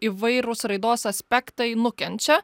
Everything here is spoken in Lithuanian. įvairūs raidos aspektai nukenčia